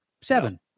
seven